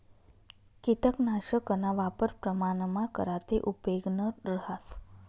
किटकनाशकना वापर प्रमाणमा करा ते उपेगनं रहास